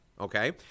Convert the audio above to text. okay